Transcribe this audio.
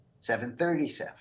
737